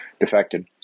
defected